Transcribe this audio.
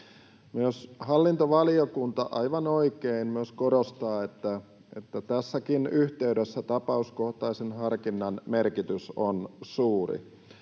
Myös hallintovaliokunta — aivan oikein — korostaa, että tässäkin yhteydessä tapauskohtaisen harkinnan merkitys on suuri.